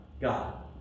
God